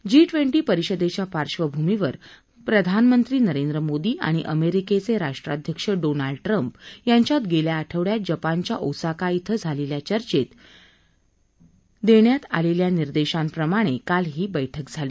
जी twenty परिषदेच्या पार्बंभूमीवर प्रधानमंत्री नरेंद्र मोदी आणि अमेरिकेचे राष्ट्राध्यक्ष डोनाल्ड ट्रम्प यांच्यात गेल्या आठवड्यात जपानच्या ओसाका इथं झालेल्या चर्चेत देण्यात आलेल्या निर्देशांप्रमाणे काल ही बैठक झाली